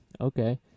okay